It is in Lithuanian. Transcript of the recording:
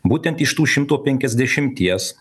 būtent iš tų šimto penkiasdešimties